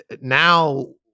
now